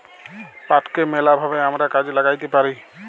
পাটকে ম্যালা ভাবে আমরা কাজে ল্যাগ্যাইতে পারি